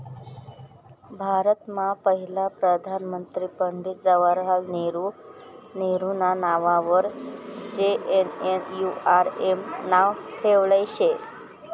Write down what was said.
भारतमा पहिला प्रधानमंत्री पंडित जवाहरलाल नेहरू नेहरूना नाववर जे.एन.एन.यू.आर.एम नाव ठेयेल शे